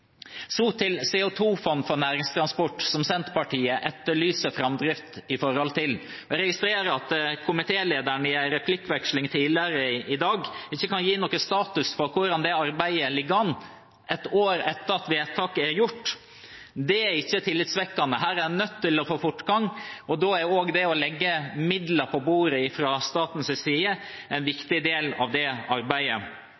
Så til CO 2 -fond for næringstransport, som Senterpartiet etterlyser framdrift i. Jeg registrerer at komitélederen i en replikkveksling tidligere i dag ikke kunne gi noen status for hvordan det arbeidet ligger an, ett år etter at vedtaket er fattet. Det er ikke tillitvekkende. Her er en nødt til å få fortgang. Da er det å legge midler på bordet fra statens side en